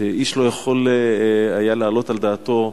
שאיש לא יכול היה להעלות על דעתו,